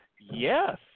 Yes